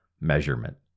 Measurement